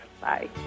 Bye